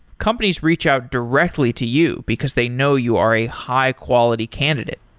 companies reach out directly to you because they know you are a high quality candidate.